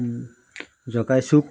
জকাই চুক